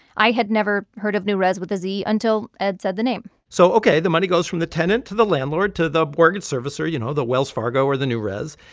i had never heard of newrez with a z until ed said the name so ok. the money goes from the tenant to the landlord to the mortgage servicer, you know, the wells fargo or the newrez.